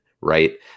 right